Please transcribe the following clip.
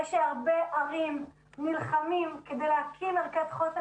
זה שהרבה ערים נלחמות כדי להקים מרכז חוסן